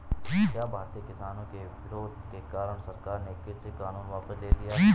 क्या भारतीय किसानों के विरोध के कारण सरकार ने कृषि कानून वापस ले लिया?